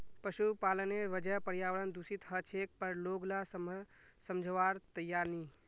पशुपालनेर वजह पर्यावरण दूषित ह छेक पर लोग ला समझवार तैयार नी